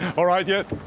alright! you?